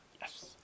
Yes